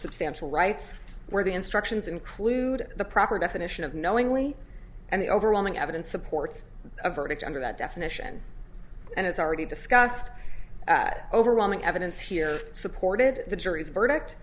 substantial rights were the instructions include the proper definition of knowingly and the overwhelming evidence supports a verdict under that definition and is already discussed overwhelming evidence here supported the jury's verdict